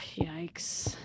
yikes